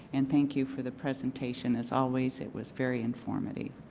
and thank you for the presentation as always. it was very informative.